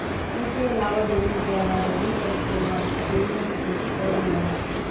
UPI లావాదేవీల ద్వారా డబ్బులు పంపితే వారికి చేరినట్టు తెలుస్కోవడం ఎలా?